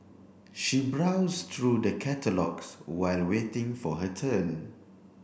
she browsed through the catalogues while waiting for her turn